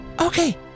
Okay